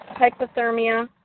hypothermia